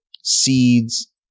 seeds